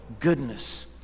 goodness